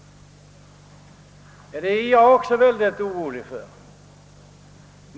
Det är jag orolig för också.